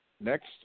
next